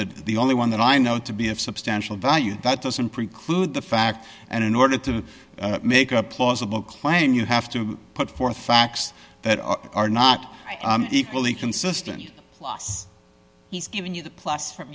that the only one that i know to be of substantial value that doesn't preclude the fact and in order to make a plausible claim you have to put forth facts that are not equally consistent plus he's given you the plus from